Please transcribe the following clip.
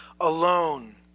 alone